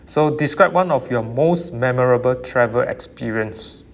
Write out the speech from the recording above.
so describe one of your most memorable travel experience